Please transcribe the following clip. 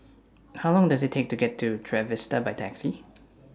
How Long Does IT Take to get to Trevista By Taxi